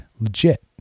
legit